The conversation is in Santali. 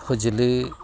ᱯᱷᱚᱡᱽᱞᱤ